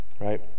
Right